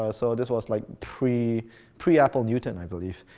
ah so this was like pre pre apple newton, i believe.